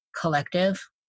collective